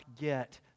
get